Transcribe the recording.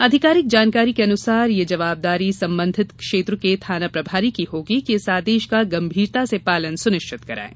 आधिकारिक जानकारी के अनुसार यह जवाबदारी संबंधित क्षेत्र के थाना प्रभारी की होगी कि इस आदेश का गंभीरता से पालन सुनिश्चित करायें